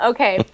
Okay